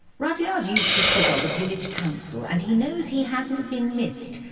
rudyard used to sit on the village council, and he knows he hasn't been missed.